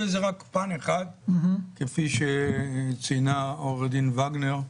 וזה רק פן אחד כפי שציינה עו"ד וגנר.